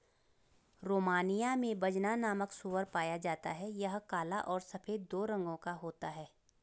Romania में Bazna नामक सूअर पाया जाता है यह काला और सफेद दो रंगो का होता है